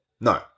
No